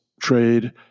trade